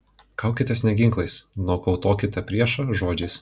kaukitės ne ginklais nokautuokite priešininką žodžiais